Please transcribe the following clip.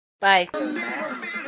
Bye